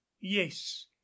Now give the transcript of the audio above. yes